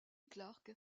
clark